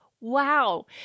wow